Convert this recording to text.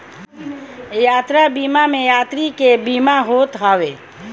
यात्रा बीमा में यात्री के बीमा होत हवे